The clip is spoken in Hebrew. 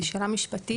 היא שאלה משפטית.